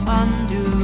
undo